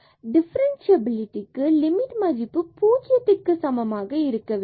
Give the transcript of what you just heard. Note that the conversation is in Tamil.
டிஃபரன்ஸ்சியபிலிடி க்கு லிமிட் மதிப்பு பூஜ்யம் என்பதிற்கு சமமாக இருக்க வேண்டும்